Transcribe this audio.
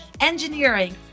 engineering